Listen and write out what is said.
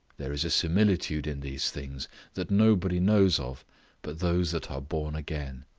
there is a similitude in these things that nobody knows of but those that are born again.